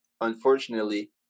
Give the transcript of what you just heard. unfortunately